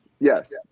Yes